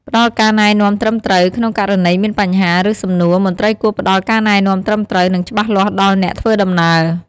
ផ្តល់ការណែនាំត្រឹមត្រូវ ក្នុងករណីមានបញ្ហា ឬសំណួរ មន្ត្រីគួរផ្តល់ការណែនាំត្រឹមត្រូវ និងច្បាស់លាស់ដល់អ្នកធ្វើដំណើរ។